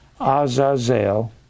Azazel